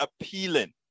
appealing